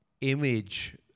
image